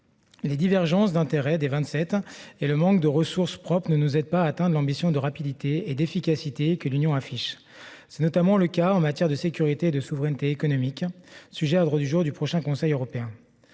Les divergences d'intérêts des Vingt-Sept et le manque de ressources propres ne nous aident pas à atteindre l'ambition de rapidité et d'efficacité que l'Union européenne affiche. C'est notamment le cas en matière de sécurité et de souveraineté économique, sujet à l'ordre du jour du prochain Conseil européen.